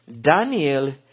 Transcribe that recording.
Daniel